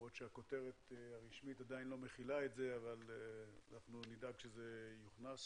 למרות שהכותרת הרשמית עדיין לא מכילה את זה אבל נדאג שזה יוכנס